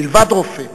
מלבד רופא.